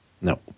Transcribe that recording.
no